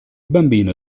bambino